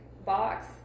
Box